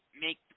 make